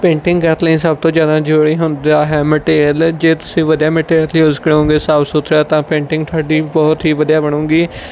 painting ਕਰਨ ਲਈ ਸਭ ਤੋਂ ਜ਼ਿਆਦਾ ਜ਼ਰੂਰੀ ਹੁੰਦਾ ਹੈ ਮਟੀਰੀਅਲ ਜੇ ਤੁਸੀਂ ਵਧੀਆ ਮਟੀਰੀਅਲ ਯੂਸ ਕਰੋਂਗੇ ਸਾਫ਼ ਸੁਥਰਾ ਤਾਂ ਪੇਂਟਿੰਗ ਤੁਹਾਡੀ ਬਹੁਤ ਹੀ ਵਧੀਆ ਬਣੇਗੀ